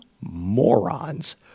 morons